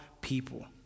people